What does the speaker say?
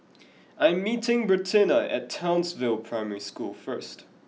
I am meeting Bertina at Townsville Primary School first